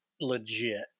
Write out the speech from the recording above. legit